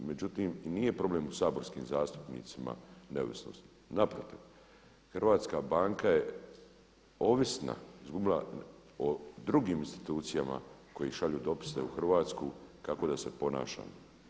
Međutim, i nije problem u saborskim zastupnicima neovisnost, naprotiv, hrvatska banka je ovisna, izgubila, o drugim institucijama koje šalju dopise u Hrvatsku kako da se ponaša.